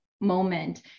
moment